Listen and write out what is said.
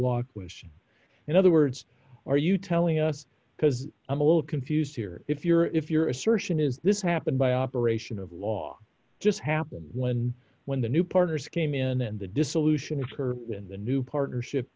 was in other words are you telling us because i'm a little confused here if you're if your assertion is this happened by operation of law just happened when when the new partners came in and the dissolution of her in the new partnership